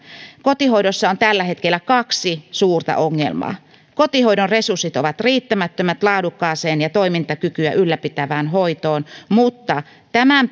kotihoidossa on tällä hetkellä kaksi suurta ongelmaa kotihoidon resurssit ovat riittämättömät laadukkaaseen ja toimintakykyä ylläpitävään hoitoon mutta tämän